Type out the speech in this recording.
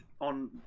on